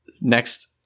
next